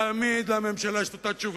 תמיד לממשלה יש אותה תשובה,